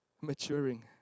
Maturing